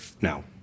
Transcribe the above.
Now